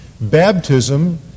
baptism